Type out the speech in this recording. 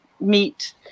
meet